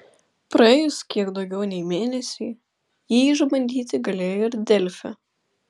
praėjus kiek daugiau nei mėnesiui jį išbandyti galėjo ir delfi